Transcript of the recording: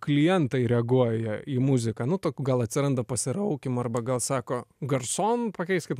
klientai reaguoja į muziką nu tok gal atsiranda pasiraukymų arba gal sako garson pakeiskit